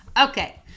Okay